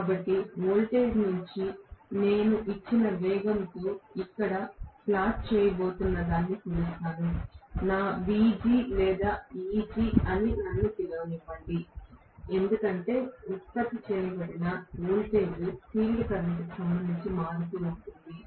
కాబట్టి వోల్టేజ్ నేను ఇచ్చిన వేగంతో ఇక్కడ ప్లాట్ చేయబోతున్నదాన్ని కొలుస్తాను నా VG లేదా EG నన్ను పిలవనివ్వండి ఎందుకంటే ఉత్పత్తి చేయబడిన వోల్టేజ్ ఫీల్డ్ కరెంట్కు సంబంధించి మారుతూ ఉంటుంది